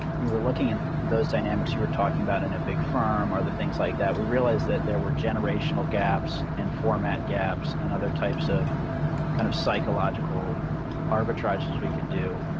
you were looking at those dynamics you were talking about in a big firm or the things like that, we realized that there were generational gaps and format gaps and other types of kind of psychological arbitrages we could do.